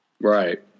Right